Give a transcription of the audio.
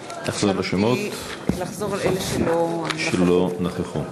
בעד לחזור על השמות של אלה שלא נכחו.